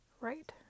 right